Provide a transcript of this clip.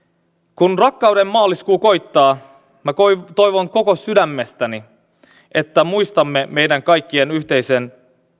kun rakkauden maaliskuu koittaa minä toivon koko sydämestäni että muistamme meidän kaikkien yhteisen